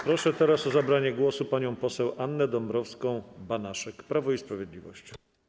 Proszę o zabranie głosu panią poseł Annę Dąbrowską-Banaszek, Prawo i Sprawiedliwość.